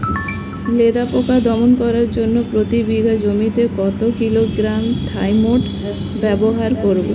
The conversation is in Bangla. লেদা পোকা দমন করার জন্য প্রতি বিঘা জমিতে কত কিলোগ্রাম থাইমেট ব্যবহার করব?